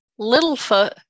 Littlefoot